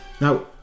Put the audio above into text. Now